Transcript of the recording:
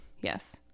yes